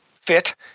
fit